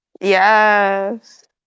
yes